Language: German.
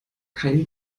kein